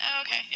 Okay